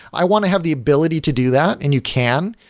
i want to have the ability to do that, and you can,